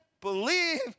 believe